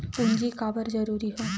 पूंजी का बार जरूरी हो थे?